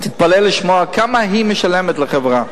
תתפלא לשמוע כמה היא משלמת לחברה: